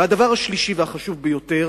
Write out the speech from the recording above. הדבר השלישי והחשוב ביותר